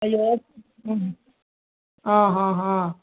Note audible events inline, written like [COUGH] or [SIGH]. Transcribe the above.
ಅಯ್ಯೋ [UNINTELLIGIBLE] ಹಾಂ ಹಾಂ ಹಾಂ